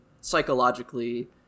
psychologically